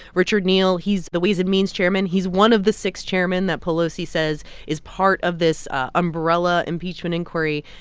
richard neal. he's the ways and means chairman. he's one of the six chairmen that pelosi says is part of this umbrella impeachment inquiry.